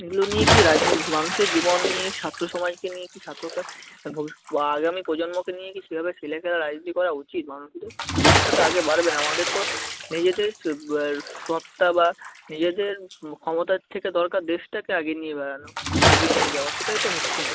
এগুলো নিয়ে কি রাজ্যে মানুষের জীবন নিয়ে ছাত্র সমাজকে নিয়ে কি ছাত্রতা ভবিষ আগামী প্রজন্মকে নিয়ে কি সেভাবে ছেলেখেলা রাজনীতি করা উচিত মানুষদের দেশটা তো আগে বাড়বে আমাদের তো নিজেদের সত্তা বা নিজেদের ক্ষমতার থেকে দরকার দেশটাকে আগে নিয়ে বাড়ানো আগিয়ে নিয়ে যাওয়া সেটাই তো হচ্ছে না